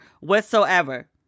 whatsoever